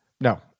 No